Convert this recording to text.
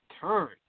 turn